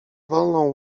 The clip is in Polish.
wolną